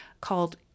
called